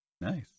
Nice